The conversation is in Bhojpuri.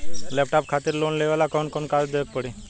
लैपटाप खातिर लोन लेवे ला कौन कौन कागज देवे के पड़ी?